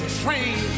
train